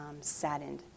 saddened